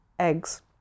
eggs